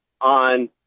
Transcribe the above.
on